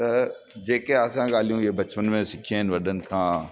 त जेके असां ॻाल्हियूं इहे बचपन में सिखियूं आहिनि वॾनि खां